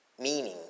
meaning